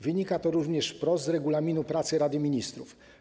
Wynika to również wprost z regulaminu pracy Rady Ministrów.